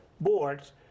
boards